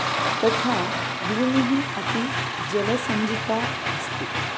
तथा भूमिः अपि जलसञ्जिता अस्ति